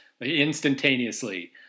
instantaneously